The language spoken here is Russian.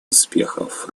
успехов